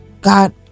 God